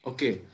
Okay